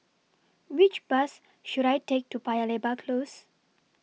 Which Bus should I Take to Paya Lebar Close